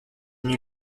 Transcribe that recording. nuit